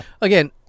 again